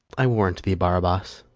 i warrant thee, barabas.